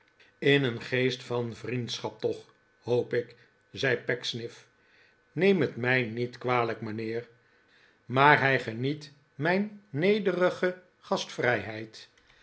in een geest van vriendschap toch hoop ik zei pecksniff neem het mij niet kwalijk mijnheer maar hi geniet mijn nederige gastvrijheid